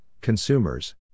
consumers